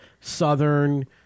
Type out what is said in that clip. southern